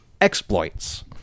exploits